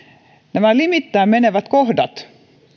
nämä limittäin menevät kohdat